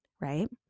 right